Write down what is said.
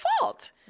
fault